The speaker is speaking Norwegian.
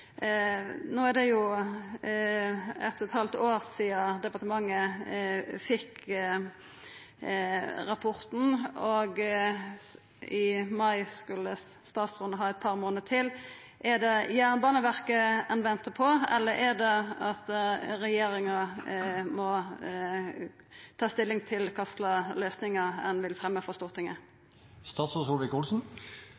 er det 1,5 år sidan departementet fekk rapporten, og i mai skulle statsråden ha eit par månader til. Er det Jernbaneverket ein ventar på, eller er det at regjeringa må ta stilling til kva for løysingar ein vil fremja for Stortinget?